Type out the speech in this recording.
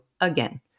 again